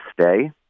stay